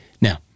Now